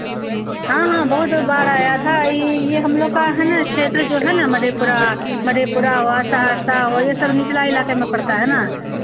हाँ हाँ बहूत जोर बाढ़ आया था ई ये हम लोग का है न क्षेत्र जो है न मधेपुरा मधेपुरा हुआ सहरसा हुआ ये सब निचला इलाके में पड़ता है न